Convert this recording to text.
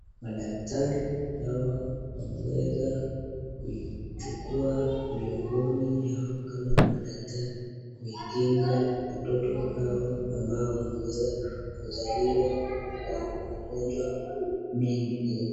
Madaktari hawa wameweza kuichukua miongoni mwao kama madaktari kukinga watoto hawa, ambao wameweza kuzaliwa kwa magonjwa mengi.